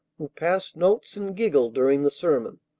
who passed notes and giggled during the sermon.